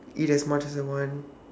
eat as much as I want